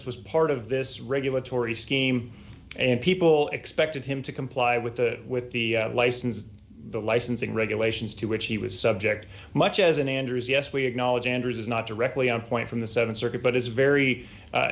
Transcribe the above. it was part of this regulatory scheme and people expected him to comply with the with the license the licensing regulations to which he was subject much as an andrews yes we acknowledge anders is not directly on point from the th circuit but is very